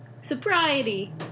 Sobriety